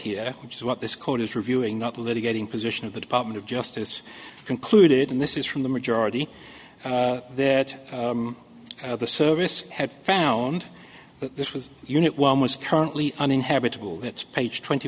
here which is what this court is reviewing not litigating position of the department of justice concluded and this is from the majority that the service had found that this was unit while most currently uninhabitable it's page twenty